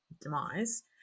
demise